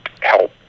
help